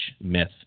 myth